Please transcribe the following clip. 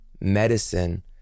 medicine